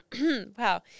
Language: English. wow